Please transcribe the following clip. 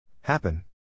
Happen